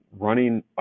running